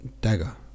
dagger